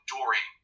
Dory